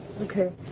Okay